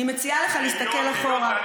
אני מציעה לך להסתכל אחורה,